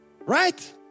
Right